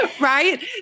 Right